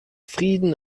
frieden